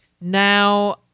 now